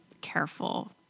careful